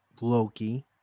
Loki